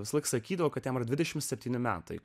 visąlaik sakydavo kad jam dvidešimt septyni metai